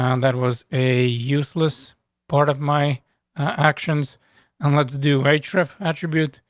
um that was a useless part of my actions on let's do a trip attributes.